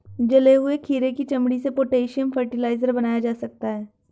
जले हुए खीरे की चमड़ी से पोटेशियम फ़र्टिलाइज़र बनाया जा सकता है